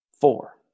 Four